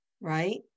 right